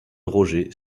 roger